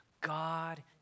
God